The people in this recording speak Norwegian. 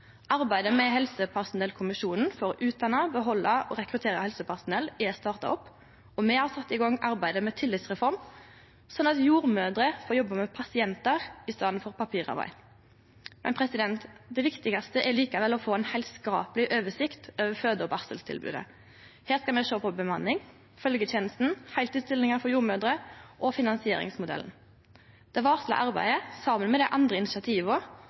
Arbeidet med helsepersonellkommisjonen for å utdanne, behalde og rekruttere helsepersonell er starta opp, og me har sett i gang arbeidet med ein tillitsreform, sånn at jordmødrer får jobbe med pasientar i staden for med papirarbeid. Det viktigaste er likevel å få ei heilskapleg oversikt over føde- og barseltilbodet. Her skal me sjå på bemanning, følgjetenesta, heiltidsstillingar for jordmødrer og finansieringsmodellen. Det varsla arbeidet, saman med dei andre initiativa,